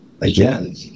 again